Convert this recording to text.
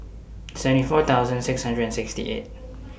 seventy four thousand six hundred and sixty eight